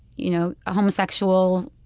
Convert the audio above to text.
you know, homosexual,